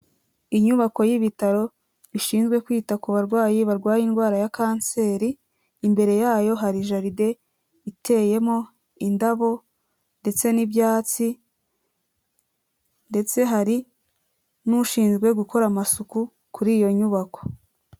Inyubako y'ibitaro bishinzwe kwita ku barwayi barwaye indwara ya kanseri, imbere yayo hari jaride iteyemo indabo ndetse n'ibyatsi ndetse hari n'ushinzwe gukora amasuku kuri iyo nyubako.